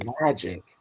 magic